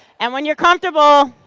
and when you are comfortable